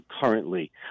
currently